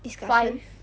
discussion